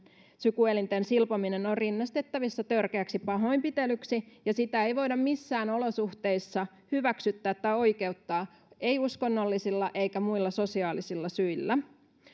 sukuelinten silpominen on rinnastettavissa törkeäksi pahoinpitelyksi ja sitä ei voida missään olosuhteissa hyväksyä tai oikeuttaa ei uskonnollisilla eikä muilla sosiaalisilla syillä